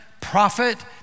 prophet